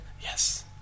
Yes